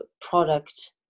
product